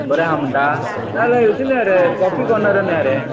बरें आसा म्हणटा ना जाल्यार हातून या रे कॉफी कॉनरान या रे